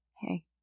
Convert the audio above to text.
hey